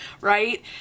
right